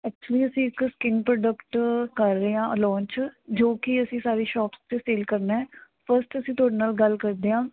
actually ਅਸੀਂ ਇੱਕ skin product ਕਰ ਰਹੇ ਹਾਂ ਲਾਂਚ ਜੋ ਕਿ ਅਸੀਂ ਸਾਰੇ ਸ਼ੋਪਸ 'ਤੇ ਸੇਲ ਕਰਨਾ ਫਸਟ ਅਸੀਂ ਤੁਹਾਡੇ ਨਾਲ ਗੱਲ ਕਰਦੇ ਹਾਂ